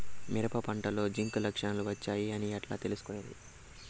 మిరప పంటలో జింక్ లక్షణాలు వచ్చాయి అని ఎట్లా తెలుసుకొనేది?